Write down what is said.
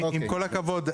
עם כל הכבוד,